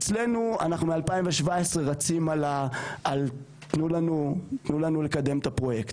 אנחנו מ-2017 רצים על "תנו לנו לקדם את הפרויקט",